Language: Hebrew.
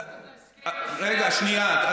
רגע, שנייה.